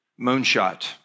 moonshot